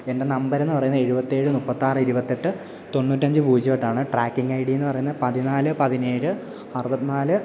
എൻ്റെ നമ്പർ എന്ന് പറയുന്നത് എഴുപത്തേഴ് മുപ്പത്താറ് ഇരുപത്തെട്ട് തൊണ്ണൂറ്റഞ്ച് പൂജ്യം എട്ടാണ് ട്രാക്കിംഗ് ഐ ഡി എന്ന് പറയുന്നത് പതിനാല് പതിനേഴ് അറുപത്തി നാല്